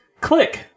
click